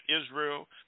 Israel